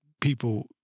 people